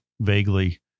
vaguely